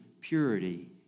purity